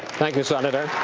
thank you, senator.